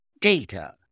Data